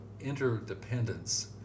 interdependence